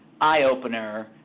eye-opener